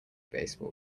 baseball